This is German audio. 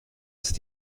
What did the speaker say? ist